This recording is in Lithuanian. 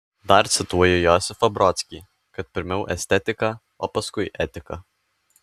dar cituoji josifą brodskį kad pirmiau estetika o paskui etika